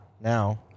now